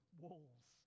walls